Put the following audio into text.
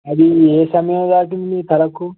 అది ఏ సమయం తాకింది తలకు